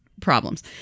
problems